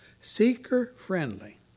seeker-friendly